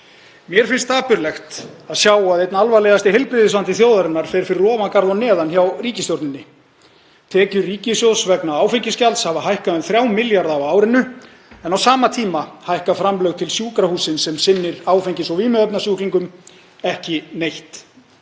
Mér finnst dapurlegt að sjá að einn alvarlegasti heilbrigðisvandi þjóðarinnar fer fyrir ofan garð og neðan hjá ríkisstjórninni. Tekjur ríkissjóðs vegna áfengisgjalds hafa hækkað um 3 milljarða á árinu en á sama tíma hækka framlög til sjúkrahússins sem sinnir áfengis- og vímuefnasjúklingum ekki neitt.